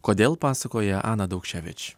kodėl pasakoja ana daukševič